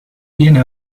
viene